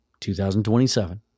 2027